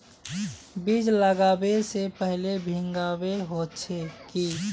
बीज लागबे से पहले भींगावे होचे की?